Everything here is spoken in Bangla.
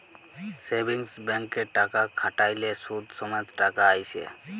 সেভিংস ব্যাংকে টাকা খ্যাট্যাইলে সুদ সমেত টাকা আইসে